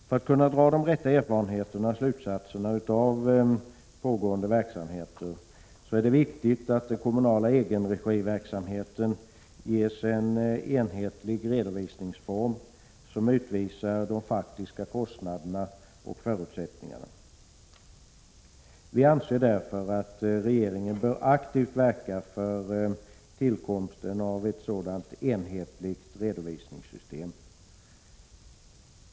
För att kunna dra de rätta slutsatserna av pågående verksamheter är det viktigt att den kommunala egenregiverksamheten ges en enhetlig redovisningsform, som utvisar de faktiska kostnaderna och förutsättningarna. Vi anser därför att regeringen aktivt bör verka för tillkomsten av ett sådant enhetligt redovisningssystem.